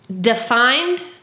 defined